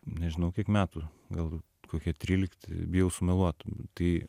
nežinau kiek metų gal kokie trylikti bijau sumeluot tai